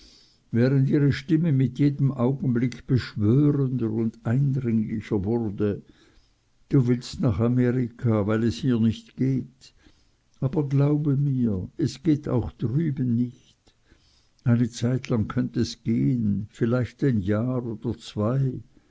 während ihre stimme mit jedem augenblick beschwörender und eindringlicher wurde du willst nach amerika weil es hier nicht geht aber glaube mir es geht auch drüben nicht eine zeitlang könnt es gehn vielleicht ein jahr oder zwei